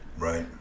Right